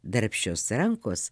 darbščios rankos